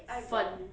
粉